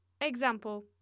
Example